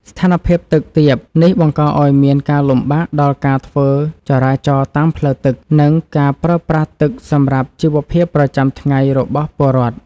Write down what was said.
ស្ថានភាពទឹកទាបនេះបង្កឱ្យមានការលំបាកដល់ការធ្វើចរាចរណ៍តាមផ្លូវទឹក និង ការប្រើប្រាស់ទឹកសម្រាប់ជីវភាពប្រចាំថ្ងៃរបស់ពលរដ្ឋ។